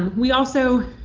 we also